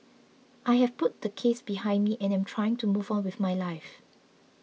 I have put the case behind me and am trying to move on with my life